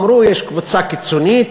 אמרו: יש קבוצה קיצונית,